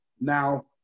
Now